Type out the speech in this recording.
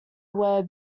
were